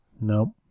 Nope